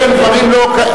אלה הם דברים לא,